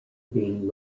being